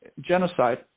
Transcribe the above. genocide